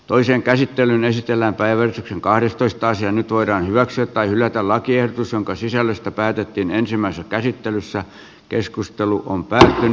toisen käsittelyn esitellään päivä kahdestoista sija nyt voidaan hyväksyä tai hylätä lakiehdotus jonka sisällöstä päätettiin ensimmäisessä käsittelyssä